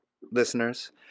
listeners